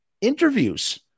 interviews